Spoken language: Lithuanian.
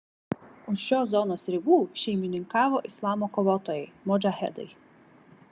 už šios zonos ribų šeimininkavo islamo kovotojai modžahedai